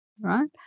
right